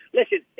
Listen